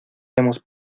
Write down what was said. hemos